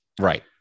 Right